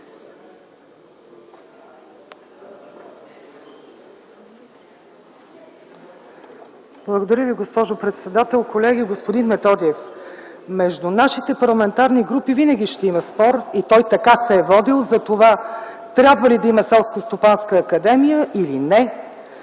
Благодаря Ви, госпожо председател. Колеги, господин Методиев! Между нашите парламентарни групи винаги ще има спор и той така се е водил – за това трябва ли да има Селскостопанска академия или не.